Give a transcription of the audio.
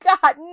God